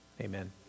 Amen